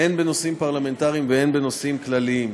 הן בנושאים פרלמנטריים והן בנושאים כלליים.